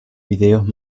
vídeos